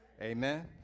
Amen